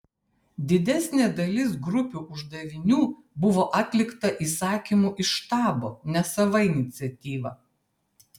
didesnė dalis grupių uždavinių buvo atlikta įsakymu iš štabo ne sava iniciatyva